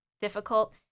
difficult